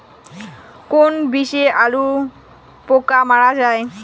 কোন বিষে আলুর পোকা মারা যায়?